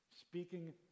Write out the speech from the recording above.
Speaking